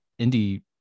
indie